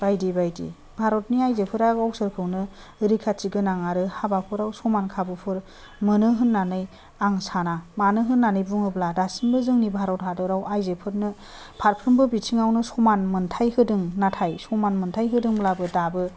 बायदि बायदि भारतनि आइजोफोरा गावसोरखौनो रैखाथि गोनां आरो हाबाफोराव समान खाबुफोर मोनो होननानै आं साना मानो होननानै बुङोब्ला दासिमबो जोंनि भारत हादराव आइजोफोरनो फारफ्रोमबो बिथिङावनो समान मोनथाइ होदों नाथाय समान मोनथाइ होदोंब्लाबो दाबो